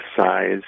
size